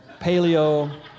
paleo